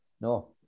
No